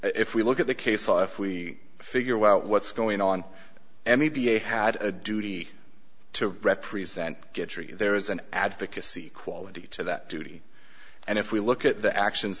if we look at the case law if we figure out what's going on m e p a had a duty to represent there is an advocacy quality to that duty and if we look at the actions